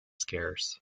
scarce